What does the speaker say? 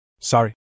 Sorry